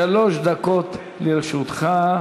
שלוש דקות לרשותך.